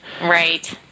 Right